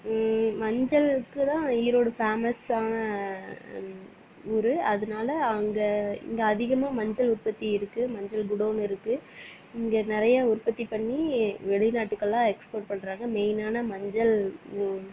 மஞ்சளுக்குதான் ஈரோடு ஃபேமஸான ஊர் அதனால அங்கே இங்கே அதிகமாக மஞ்சள் உற்பத்தி இருக்கு மஞ்சள் குடோன் இருக்கு இங்கே நிறைய உற்பத்தி பண்ணி வெளி நாட்டுக்கெல்லாம் எக்ஸ்போர்ட் பண்ணுறாங்க மெயினான மஞ்சள்